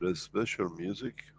ah special music,